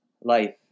life